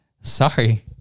sorry